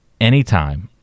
anytime